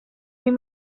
vint